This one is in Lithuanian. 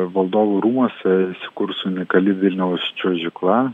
valdovų rūmuose įsikurs unikali vilniaus čiuožykla